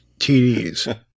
TDs